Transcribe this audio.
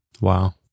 Wow